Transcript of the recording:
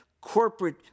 corporate